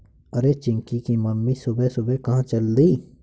अरे चिंकी की मम्मी सुबह सुबह कहां चल दी?